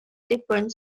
different